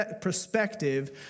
perspective